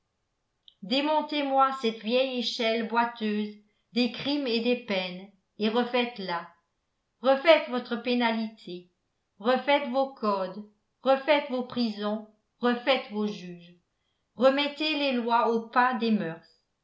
cette vieille échelle boiteuse des crimes et des peines et refaites la refaites votre pénalité refaites vos codes refaites vos prisons refaites vos juges remettez les lois au pas des mœurs